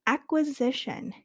Acquisition